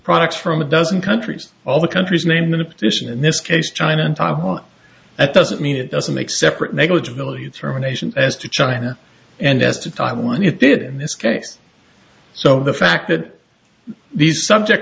products from a dozen countries all the countries named in a petition in this case china and taiwan that doesn't mean it doesn't make separate negligibility determination as to china and as to taiwan it did in this case so the fact that these subject